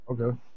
Okay